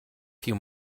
few